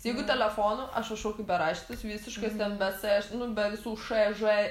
jeigu telefonu aš rašau kaip beraštis visiškas ten be c aš nu be visų š ž